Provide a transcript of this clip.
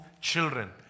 children